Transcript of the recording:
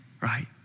right